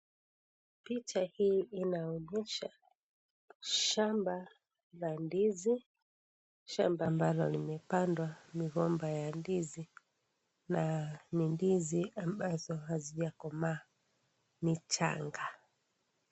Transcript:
Picha hii inaonyesha shamba la ndizi, Shamba ambalo limepandwa migomba ya ndizi, na ni ndizi ambazo hazijakomaa, ni changa.